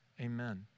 amen